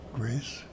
grace